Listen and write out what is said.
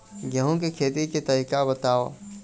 गेहूं के खेती के तरीका बताव?